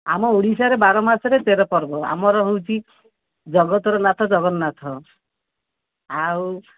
ଆମ ଓଡ଼ିଶାରେ ବାର ମାସରେ ତେର ପର୍ବ ଆମର ହେଉଛି ଜଗତର ନାଥ ଜଗନ୍ନାଥ ଆଉ